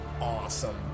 Awesome